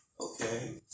okay